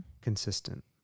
Consistent